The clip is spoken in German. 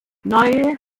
neue